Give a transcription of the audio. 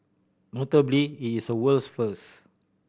notably it is a world's first